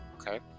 okay